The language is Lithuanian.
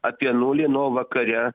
apie nulį nu o vakare